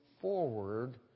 forward